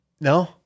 No